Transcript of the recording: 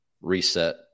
reset